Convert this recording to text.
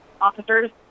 officers